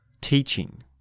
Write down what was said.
teaching